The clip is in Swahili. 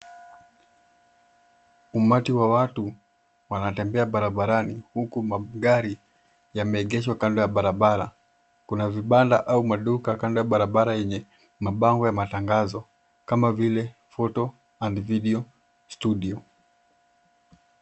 Umati wa watu wanatembea barabarani huku magari yameegeshwa kando ya barabara. Kuna vibanda au maduka kando ya barabara yenye mabango ya matangazo kama vile photo and video studio .